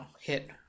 hit